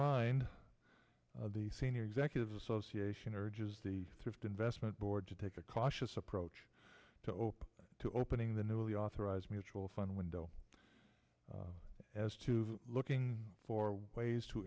mind the senior executives association urges the thrift investment board to take a cautious approach to open to opening the newly authorized mutual fund window as to looking for ways to